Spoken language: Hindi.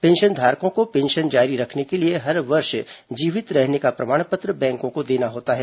पेंशनधारकों को पेंशन जारी रखने के लिए हर वर्ष जीवित रहने का प्रमाण बैंक को देना होता है